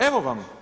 Evo vam.